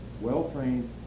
well-trained